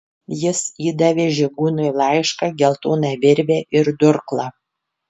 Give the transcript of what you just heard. jis įdavė žygūnui laišką geltoną virvę ir durklą